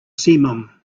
simum